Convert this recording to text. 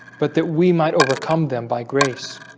but that we might overcome them by grace